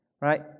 right